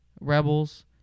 Rebels